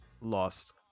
lost